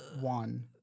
one